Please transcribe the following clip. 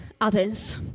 others